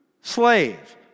slave